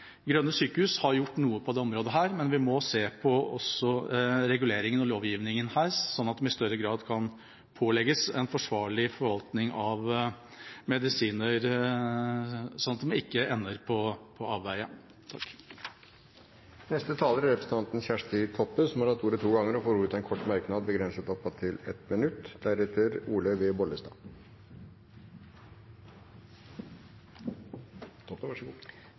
Grønne sykehus har gjort noe på dette området, men vi må også se på reguleringen og lovgivningen her, slik at de i større grad kan pålegges en forsvarlig forvaltning av medisiner, slik at de ikke kommer på avveier. Representanten Kjersti Toppe har hatt ordet to ganger tidligere og får ordet til en kort merknad, begrenset til 1 minutt.